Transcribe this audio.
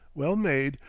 well made,